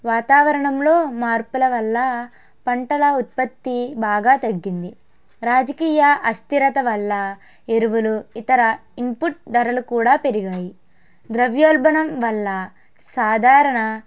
వాతావరణంలో మార్పుల వల్ల పంటల ఉత్పత్తి బాగా తగ్గింది రాజకీయ అస్థిరత వల్ల ఎరువులు ఇతర ఇన్పుట్ ధరలు కూడా పెరిగాయి ధ్రవ్యోల్భణం వల్ల సాధారణ